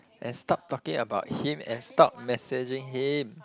and stop talking about him and stop messaging him